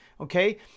okay